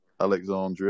Alexandria